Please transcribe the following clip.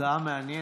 הצעה מעניינת.